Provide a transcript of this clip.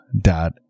dot